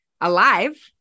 alive